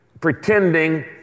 pretending